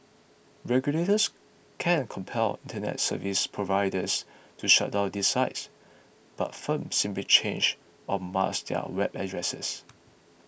regulators can compel Internet service providers to shut down these sites but firms simply change or mask their web addresses